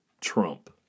Trump